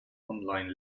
online